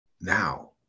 now